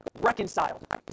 reconciled